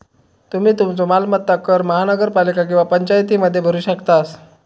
तुम्ही तुमचो मालमत्ता कर महानगरपालिका किंवा पंचायतीमध्ये भरू शकतास